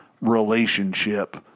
relationship